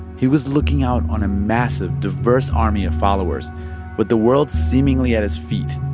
he was looking out on a massive, diverse army of followers with the world seemingly at his feet.